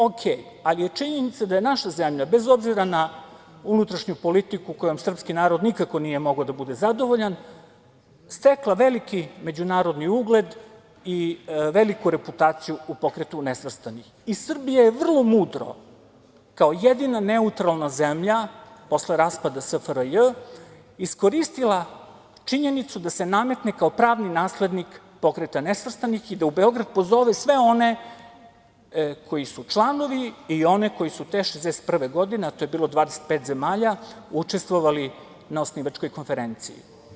Okej, ali je činjenica da je naša zemlja, bez obzira na unutrašnju politiku kojom srpski narod nikako nije mogao da bude zadovoljan, stekla veliki međunarodni ugled i veliku reputaciju u Pokretu nesvrstanih i Srbija je vrlo mudro, kao jedina neutralna zemlja, posle raspada SFRJ iskoristila činjenicu da se nametne kao pravni naslednik Pokreta nesvrstanih i da u Beograd pozove sve one koji su članovi i one koji su te 1961. godine, a to je bilo 25 zemalja, učestvovali na osnivačkoj konferenciji.